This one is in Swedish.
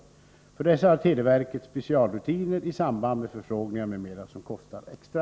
För dessa har televerket specialrutiner i samband med förfrågningar m.m., som kostar extra.